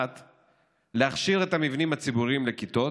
1. להכשיר את המבנים הציבוריים לכיתות,